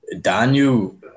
Daniel